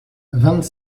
vingt